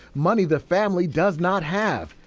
money the family does not have.